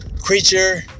creature